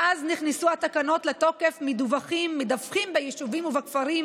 מאז נכנסו התקנות לתוקף מדווחים ביישובים ובכפרים